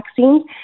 vaccines